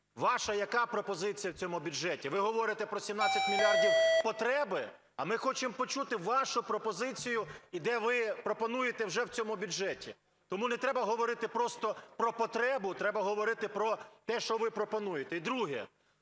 Ваша яка пропозиція в цьому бюджеті? Ви говорите про 17 мільярдів потреби, а ми хочемо почути вашу пропозицію, де ви пропонуєте вже в цьому бюджеті. Тому не треба говорити просто про потребу, треба говорити про те, що ви пропонуєте. Друге.